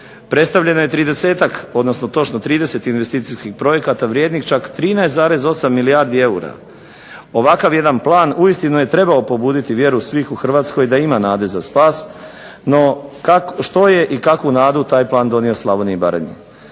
odnosno točno 30 investicijskih projekata vrijednih čak 13,8 milijardi eura. Ovakav jedan plan uistinu je trebao pobuditi vjeru svih u Hrvatskoj da ima nade za spas. No, što je i kakvu nadu taj plan donio Slavoniji i Baranji.